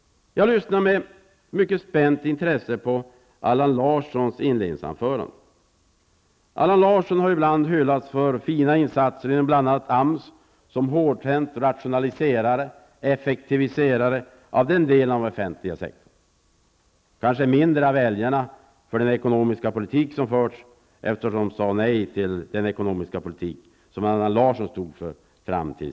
Jag lyssnade med mycket spänt intresse på Allan Larssons inledningsanförande. Allan Larsson har ibland hyllats för insatser inom bl.a. AMS som hårdhänt rationaliserare och effektiviserare av den delen av den offentliga sektorn. Han har hyllats mindre av väljarna för den ekonomiska politik som förts, eftersom de sade nej i september till den ekonomiska politik Allan Larsson stod för.